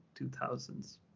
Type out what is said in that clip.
2000s